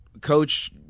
Coach